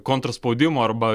kontr spaudimo arba